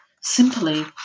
simply